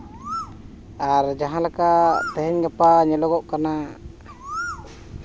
ᱟᱨ ᱡᱟᱦᱟᱸ ᱞᱮᱠᱟ ᱛᱤᱦᱤᱧ ᱜᱟᱯᱟ ᱧᱮᱞᱚᱜᱚᱜ ᱠᱟᱱᱟ